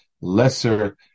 lesser